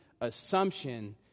assumption